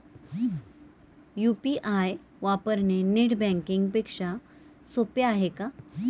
UPI वापरणे net banking पेक्षा सोपे आहे का?